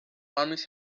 armies